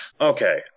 Okay